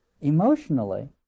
emotionally